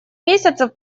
месяцев